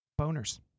boners